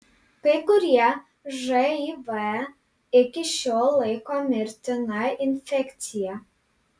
kai kurie živ iki šiol laiko mirtina infekcija